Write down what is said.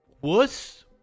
wuss